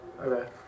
Okay